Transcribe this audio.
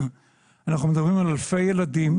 אנחנו מדברים על אלפי ילדים.